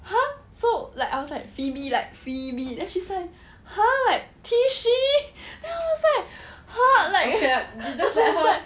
!huh! so like I was like phoebe like phoebe then she's like !huh! tissue then I was like !huh!